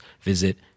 visit